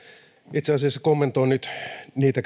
itse asiassa kommentoin nyt niitä